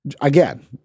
again